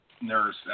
nurse